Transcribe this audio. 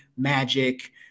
magic